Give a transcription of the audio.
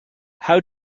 how